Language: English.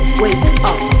wake-up